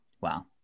Wow